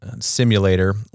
simulator